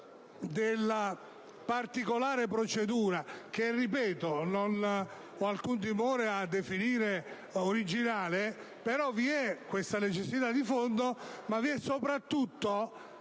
della particolare procedura, che non ho alcun timore a definire originale, vi è questa necessità di fondo, e soprattutto